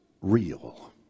Real